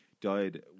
died